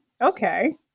Okay